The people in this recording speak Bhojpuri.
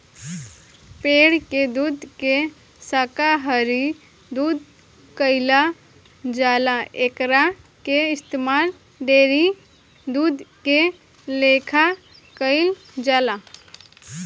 पेड़ के दूध के शाकाहारी दूध कहल जाला एकरा के इस्तमाल डेयरी दूध के लेखा कईल जाला